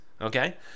Okay